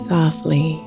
Softly